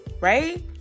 right